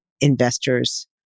investors